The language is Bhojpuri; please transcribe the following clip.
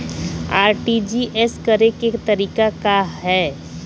आर.टी.जी.एस करे के तरीका का हैं?